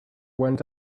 went